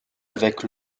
avec